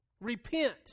Repent